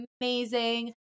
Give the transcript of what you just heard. amazing